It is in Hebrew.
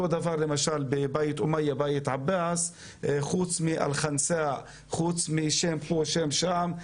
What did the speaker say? אותו הדבר בבית עומייה בית עבאס חוץ משם פה שם שם,